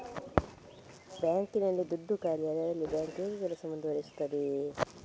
Bank ನಲ್ಲಿ ದುಡ್ಡು ಖಾಲಿಯಾದರೆ ಅದರಲ್ಲಿ ಬ್ಯಾಂಕ್ ಹೇಗೆ ಕೆಲಸ ಮುಂದುವರಿಸುತ್ತದೆ?